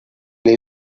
lay